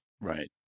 Right